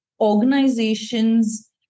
organizations